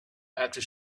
after